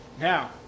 Now